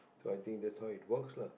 so I think that's how it works lah